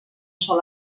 sol